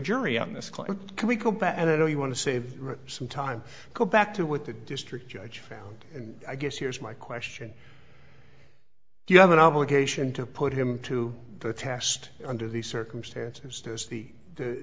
question can we go back and i know you want to save some time go back to what the district judge found and i guess here's my question do you have an obligation to put him to the test under these circumstances t